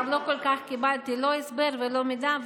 גם לא כל כך קיבלתי לא הסבר ולא מידע,